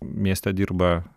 mieste dirba